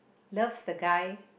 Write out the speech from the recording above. loves the guy